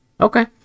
Okay